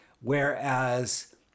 whereas